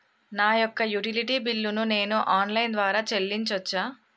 నా యొక్క utility bill ను నేను ఆన్ లైన్ ద్వారా చెల్లించొచ్చా?